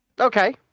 Okay